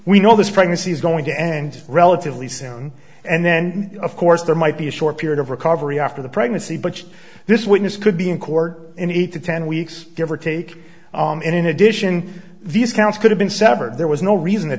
we know this pregnancy is going to end relatively soon and then of course there might be a short period of recovery after the pregnancy but this witness could be in court in eight to ten weeks give or take and in addition these counts could have been severed there was no reason